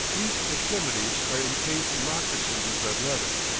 these extremities are incased in moccasins of red leather,